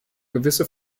gewisse